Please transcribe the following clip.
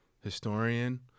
historian